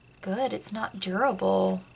good, it's not durable.